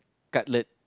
cutlet